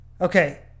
Okay